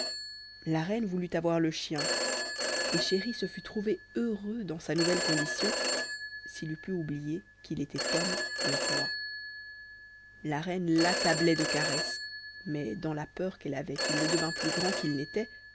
la reine voulut avoir le chien et chéri se fût trouvé heureux dans sa nouvelle condition s'il eût pu oublier qu'il était homme et roi la reine l'accablait de caresses mais dans la peur qu'elle avait qu'il ne devînt plus grand qu'il